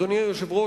אדוני היושב-ראש,